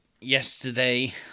yesterday